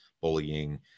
Bullying